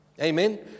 Amen